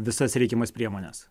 visas reikiamas priemones